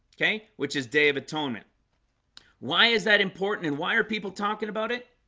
okay, which is day of atonement why is that important and why are people talking about it?